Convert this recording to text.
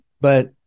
But-